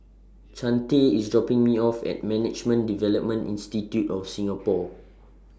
Chante IS dropping Me off At Management Development Institute of Singapore